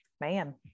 Man